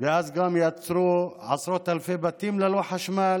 ואז גם יצרו עשרות אלפי בתים ללא חשמל.